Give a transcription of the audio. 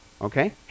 Okay